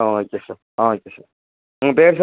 ஆ okay sir ஆ okay sir உங்கள் பேர் சார்